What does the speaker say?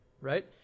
Right